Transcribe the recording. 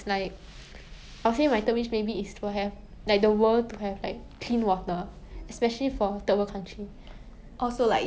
yeah I will say so because I think money money is very important like definitely like no one can deny the importance of wealth lah but